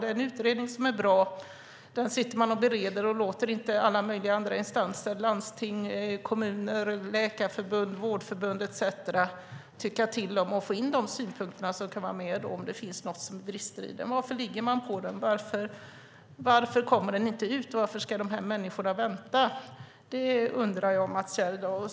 Det är en utredning som är bra. Den sitter man bereder och låter inte alla möjliga andra instanser, som landsting, kommuner, läkarförbund, vårdförbund etcetera, tycka till om, för att få in synpunkter, om det finns något som brister i utredningen. Varför ligger man på utredningen? Varför kommer den inte ut? Varför ska de här människorna vänta? Det undrar jag, Mats Gerdau.